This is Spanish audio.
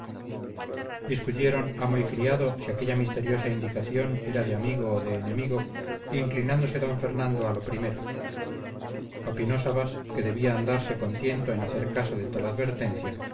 discutieron amo y criado si aquella misteriosa indicación era de amigo o de enemigo inclinándose d fernando a lo primero opinó sabas que debían andarse con tiento en hacer caso de tal advertencia